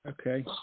Okay